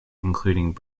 including